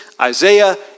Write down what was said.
Isaiah